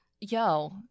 yo